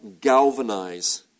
galvanize